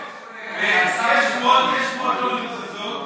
יש שמועות, לא מבוססות,